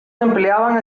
empleaban